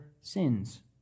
sins